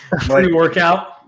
Pre-workout